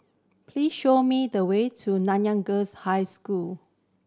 please show me the way to Nanyang Girls' High School